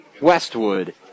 Westwood